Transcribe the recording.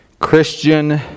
Christian